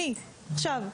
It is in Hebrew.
אני עכשיו,